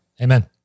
Amen